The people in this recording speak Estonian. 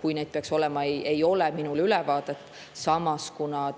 kui neid peaks olema, ei ole minul ülevaadet. Samas,